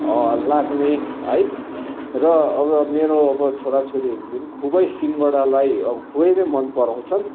लाग्ने है र अब मेरो अब छोराछोरीहरूले खुबै सिङ्गडालाई अब खुबै नै मन पराउँछन्